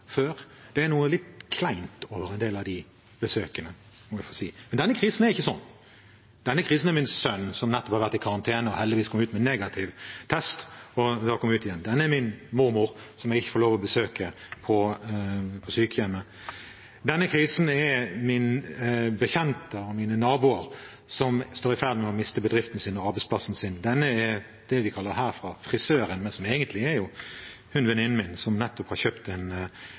før. Det er noe litt kleint over en del av de besøkene, må jeg få si. Men denne krisen er ikke sånn. Denne krisen er min sønn, som nettopp har vært i karantene og heldigvis kom ut med negativ test. Den er min mormor, som jeg ikke får lov å besøke på sykehjemmet. Denne krisen er mine bekjente og mine naboer, som er i ferd med å miste bedriften sin og arbeidsplassen sin. Den er hun vi kaller frisøren, men som egentlig er venninnen min, som nettopp har kjøpt